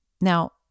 Now